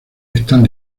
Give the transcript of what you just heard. están